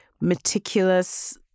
meticulous